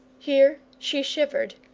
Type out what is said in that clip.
here she shivered,